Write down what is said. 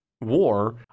war